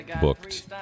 booked